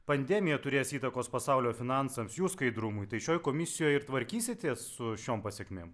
pandemija turės įtakos pasaulio finansams jų skaidrumui tai šioj komisijoj ir tvarkysitės su šiom pasekmėm